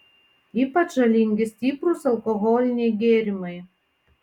ypač žalingi stiprūs alkoholiniai gėrimai